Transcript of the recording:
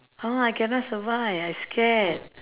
!huh! I cannot survive I scared